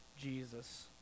Jesus